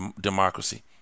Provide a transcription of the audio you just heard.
democracy